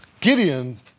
Gideon